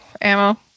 ammo